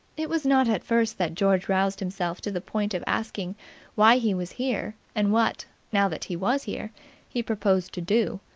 it was not at first that george roused himself to the point of asking why he was here and what now that he was here he proposed to do.